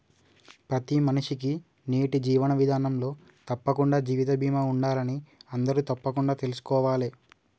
ప్రతి మనిషికీ నేటి జీవన విధానంలో తప్పకుండా జీవిత బీమా ఉండాలని అందరూ తప్పకుండా తెల్సుకోవాలే